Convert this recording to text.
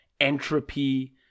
entropy